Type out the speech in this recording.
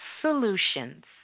solutions